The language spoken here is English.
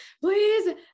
please